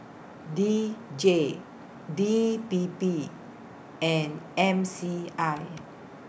D J D P P and M C I